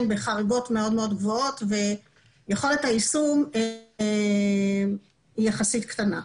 בחריגות מאוד מאוד גבוהות ויכולת היישום היא יחסית קטנה.